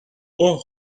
اوه